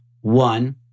One